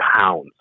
pounds